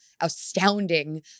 astounding